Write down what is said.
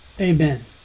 Amen